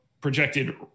projected